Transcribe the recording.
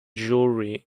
jewelry